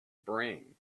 brain